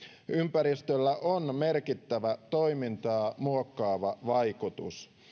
ympäristöllä on merkittävä toimintaa muokkaava vaikutus